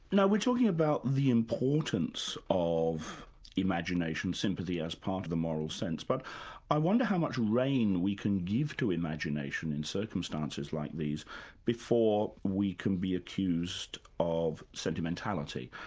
now we are talking about the importance of imagination sympathy as part of the moral sense. but i wonder how much reign we can give to imagination in circumstances like these before we can be accused of sentimentality.